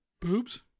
Boobs